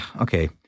okay